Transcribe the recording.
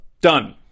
Done